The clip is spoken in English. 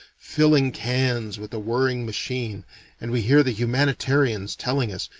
filling cans with a whirring machine and we hear the humanitarians telling us,